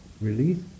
release